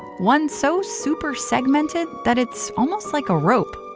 one so super-segmented that it's almost like a rope.